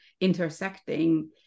intersecting